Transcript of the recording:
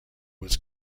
was